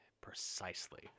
Precisely